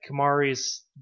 Kamari's